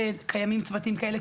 שקיימים צוותים כאלה,